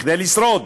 כדי לשרוד.